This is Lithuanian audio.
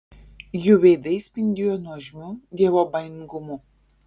jų veidai spindėjo nuožmiu dievobaimingumu